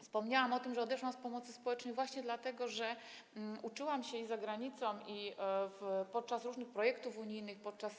Wspomniałam o tym, że odeszłam z pomocy społecznej właśnie dlatego, że uczyłam się i za granicą, i podczas różnych projektów unijnych, podczas